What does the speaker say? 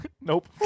Nope